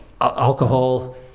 Alcohol